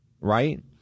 right